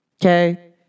Okay